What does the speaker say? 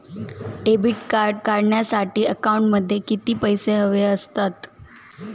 Debit card काढण्यासाठी अकाउंटमध्ये किती पैसे हवे असतात?